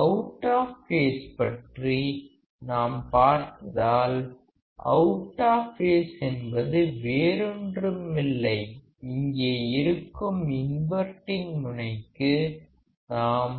out of phase பற்றி நாம் பார்த்ததால் அவுட் ஆஃப் பேஸ் என்பது வேறொன்றுமில்லை இங்கே இருக்கும் இன்வர்டிங் முனைக்கு நாம்